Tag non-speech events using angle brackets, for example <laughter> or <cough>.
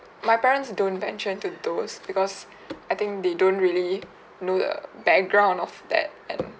my parents don't venture into those because <breath> I think they don't really know the background of that and